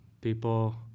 people